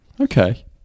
Okay